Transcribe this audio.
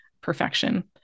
perfection